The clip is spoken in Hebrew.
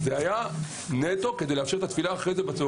זה היה נטו כדי לאפשר את התפילה בצהריים,